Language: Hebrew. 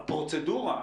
הפרוצדורה,